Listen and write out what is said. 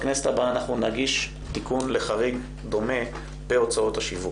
בכנסת הבאה אנחנו נגיש תיקון לחריג דומה בהוצאות השיווק.